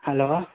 hello